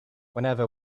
whenever